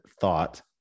thought